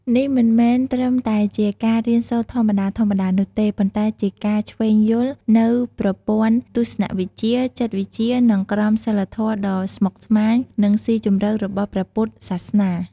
នេះមិនមែនត្រឹមតែជាការរៀនសូត្រធម្មតាៗនោះទេ ប៉ុន្តែជាការឈ្វេងយល់នូវប្រព័ន្ធទស្សនវិជ្ជា ចិត្តវិទ្យា និងក្រមសីលធម៌ដ៏ស្មុគស្មាញ និងស៊ីជម្រៅរបស់ព្រះពុទ្ធសាសនា។